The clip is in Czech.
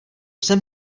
sem